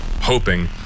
hoping